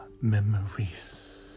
memories